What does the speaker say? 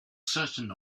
certain